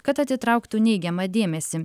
kad atitrauktų neigiamą dėmesį